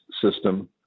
system